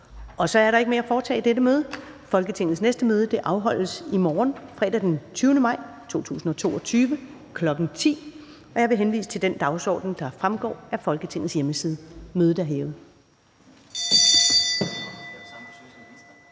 Så er der ikke mere at foretage i dette møde. Folketingets næste møde afholdes i morgen, fredag den 20. maj 2022, kl. 10.00. Jeg henviser til den dagsorden, der fremgår af Folketingets hjemmeside. Mødet er hævet.